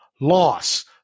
loss